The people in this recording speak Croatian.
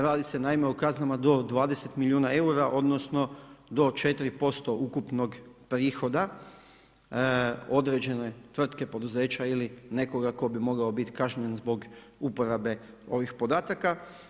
Radi se naime o kaznama do 20 milijuna eura odnosno do 4% ukupnog prihoda određene tvrtke, poduzeća ili nekoga tko bi mogao biti kažnjen zbog uporabe ovih podataka.